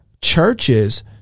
churches